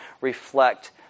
reflect